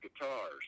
guitars